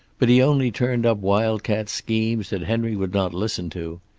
but he only turned up wild-cat schemes that henry would not listen to.